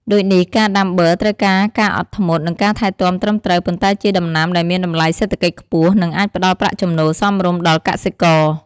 ដូចនេះ ការដាំបឺរត្រូវការការអត់ធ្មត់ និងការថែទាំត្រឹមត្រូវ ប៉ុន្តែជាដំណាំដែលមានតម្លៃសេដ្ឋកិច្ចខ្ពស់ និងអាចផ្ដល់ប្រាក់ចំណូលសមរម្យដល់កសិករ។